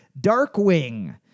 Darkwing